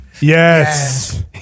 Yes